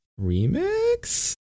Remix